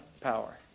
power